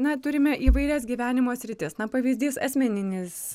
na turime įvairias gyvenimo sritis na pavyzdys asmeninis